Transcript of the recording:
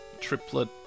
triplet